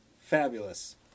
Fabulous